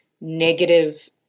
negative